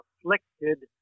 afflicted